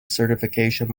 certification